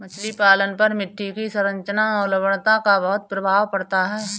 मछली पालन पर मिट्टी की संरचना और लवणता का बहुत प्रभाव पड़ता है